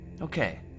Okay